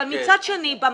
אבל מצד שני,